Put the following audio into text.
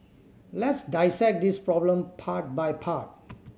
let's dissect this problem part by part